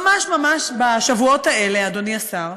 ממש ממש בשבועות האלה, אדוני השר,